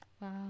wow